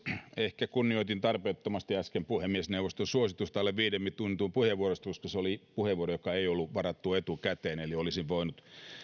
ehkä kunnioitin tarpeettomasti äsken puhemiesneuvoston suositusta alle viiden minuutin mittaisista puheenvuoroista koska se oli puheenvuoro joka ei ollut varattu etukäteen eli olisin voinut